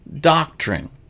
doctrine